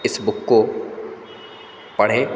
इस बुक को पढ़ें